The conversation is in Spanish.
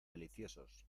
deliciosos